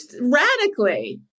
radically